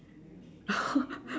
oh